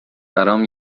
برام